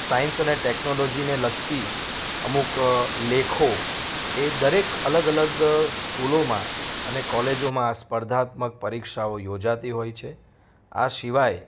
science અને ટેક્નોલોજીને લગતી અમુક લેખો એ દરેક અલગ અલગ સ્કૂલોમાં અને કોલેજોમાં સ્પર્ધાત્મક પરીક્ષાઓ યોજાતી હોય છે આ સિવાય